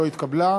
לא התקבלה.